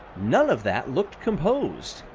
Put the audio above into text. none of that looked composed.